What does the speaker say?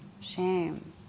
shame